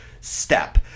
step